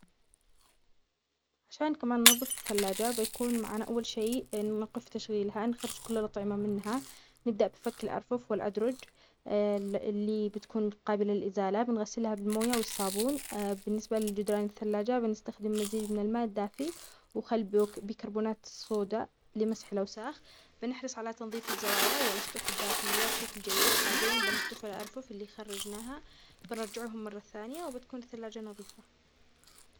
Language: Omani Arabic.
عشان كمان ننظف الثلاجة بيكون معانا أول شيء نوقف تشغيلها، نخرج كل الأطعمة منها، نبدأ بفك الأرفوف والأدرج اللي بتكون قابلة للإزالة بنغسلها بالموية والصابون. بالنسبة للجدران الثلاجة بنستخدم مزيج من الماء الدافي وخل بوك- بكربونات الصودا لمسح الأوساخ بنحرص على تنظيف الزوايا والأسطح الداخلية بشكل جيد، بعدين بنشطف الارفف إللي خرجناها، بنرجعوهم مرة ثانيه وبتكون الثلاجة نظيفة.